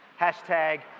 Hashtag